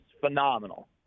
phenomenal